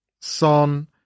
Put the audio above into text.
Son